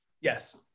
Yes